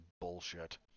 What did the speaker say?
bullshit